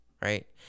right